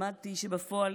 למדתי שבפועל